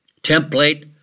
template